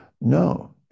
No